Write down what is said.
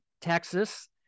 Texas